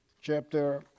chapter